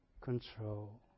control